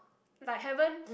like haven't